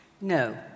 No